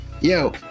yo